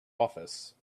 office